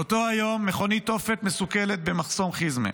באותו היום מכונית תופת מסוכלת במחסום חיזמה,